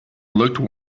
looked